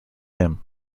him